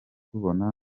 tubona